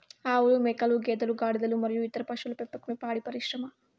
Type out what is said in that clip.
ఆవులు, మేకలు, గేదెలు, గాడిదలు మరియు ఇతర పశువుల పెంపకమే పాడి పరిశ్రమ